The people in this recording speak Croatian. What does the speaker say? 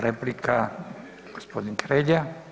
Replika, gospodin Hrelja.